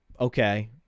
okay